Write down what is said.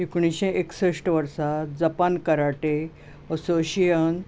एकुणिश्शें एकसश्ट वर्सा Japan karate association